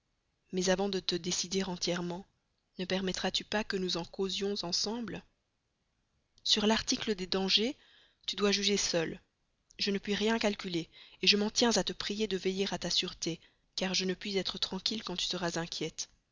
mais avant de te décider entièrement ne permettras tu pas que nous en causions ensemble sur l'article des dangers tu dois juger seule je ne puis rien calculer je m'en tiens à te prier de veiller à ta sûreté car je ne puis être tranquille quand tu seras inquiète